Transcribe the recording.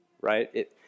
right